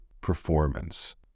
performance